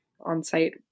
on-site